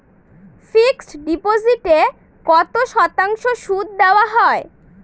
Fixed ডিপোজিটে কত শতাংশ সুদ দেওয়া হয়?